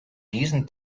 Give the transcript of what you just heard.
diesen